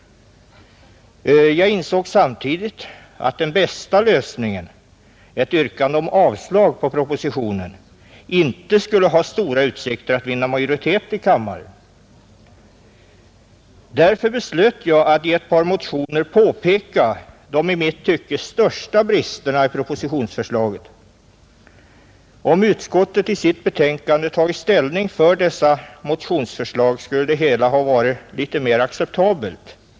Jag insåg samtidigt att den bästa lösningen, ett yrkande om avslag på propositionen, inte skulle ha stora utsikter att vinna majoritet i kammaren. Därför beslöt jag att i ett par motioner påpeka de i mitt tycke största bristerna i propositionsförslaget. Om utskottet i sitt betänkande tagit ställning för dessa motionsförslag skulle det hela varit litet mer acceptabelt.